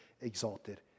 exalted